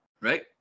right